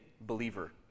believer